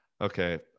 okay